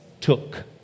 took